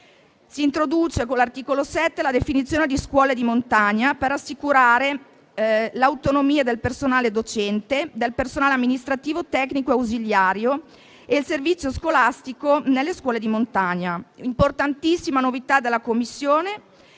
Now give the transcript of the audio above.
Si introduce, con l'articolo 7, la definizione di scuole di montagna per assicurare l'autonomia del personale docente dal personale amministrativo, tecnico e ausiliario e il servizio scolastico nelle scuole di montagna. Importantissima novità introdotta dalla Commissione